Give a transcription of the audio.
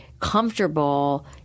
comfortable